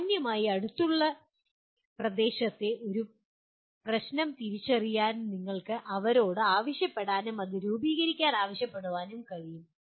സാമാന്യമായി അടുത്തുള്ള പ്രദേശത്തെ ഒരു പ്രശ്നം തിരിച്ചറിയാൻ നിങ്ങൾക്ക് അവരോട് ആവശ്യപ്പെടാനും അത് രൂപീകരിക്കാൻ ആവശ്യപ്പെടാനും കഴിയും